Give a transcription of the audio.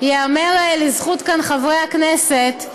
חברי הכנסת כאן,